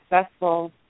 successful